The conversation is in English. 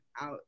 out